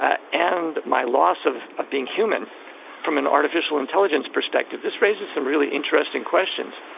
ah and my loss of of being human from an artificial intelligence perspective this raises some really interesting questions.